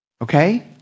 okay